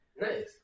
nice